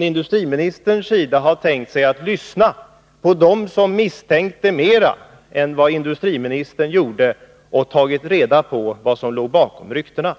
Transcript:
Industriministern kunde t.ex. ha lyssnat på dem som misstänkte mera än industriministern gjorde och tagit reda på vad som låg bakom ryktena.